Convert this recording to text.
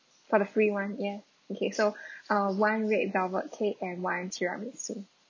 for the free one ya okay so uh one red velvet cake and one tiramisu